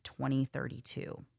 2032